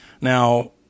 Now